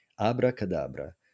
abracadabra